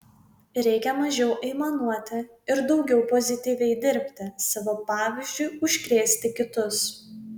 reikia mažiau aimanuoti ir daugiau pozityviai dirbti savo pavyzdžiu užkrėsti kitus